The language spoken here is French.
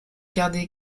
gardé